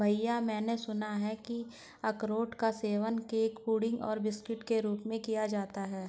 भैया मैंने सुना है कि अरारोट का सेवन केक पुडिंग और बिस्कुट के रूप में किया जाता है